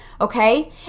okay